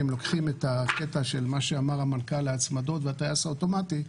אם לוקחים את הקטע של מה שאמר המנכ"ל להצמדות והטייס האוטומטי,